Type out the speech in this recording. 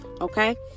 okay